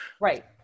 Right